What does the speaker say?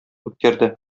үткәрде